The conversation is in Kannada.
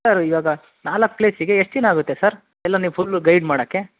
ಸರ್ ಈವಾಗ ನಾಲ್ಕು ಪ್ಲೇಸಿಗೆ ಎಷ್ಟು ದಿನ ಆಗುತ್ತೆ ಸರ್ ಎಲ್ಲ ನೀವು ಫುಲ್ ಗೈಡ್ ಮಾಡೋಕ್ಕೆ